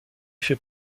fait